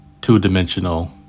two-dimensional